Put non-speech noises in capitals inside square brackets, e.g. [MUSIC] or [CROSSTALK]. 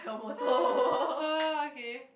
[NOISE] okay